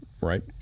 right